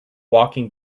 walking